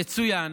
יצוין